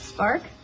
Spark